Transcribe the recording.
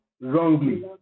wrongly